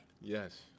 Yes